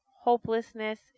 hopelessness